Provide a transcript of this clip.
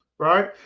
right